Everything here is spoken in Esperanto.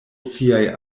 siaj